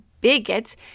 bigots